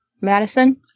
Madison